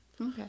Okay